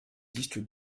disque